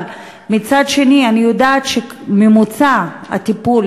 אבל מצד שני אני יודעת שממוצע הטיפול